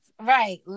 right